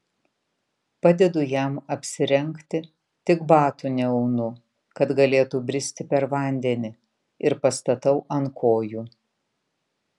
padedu jam apsirengti tik batų neaunu kad galėtų bristi per vandenį ir pastatau ant kojų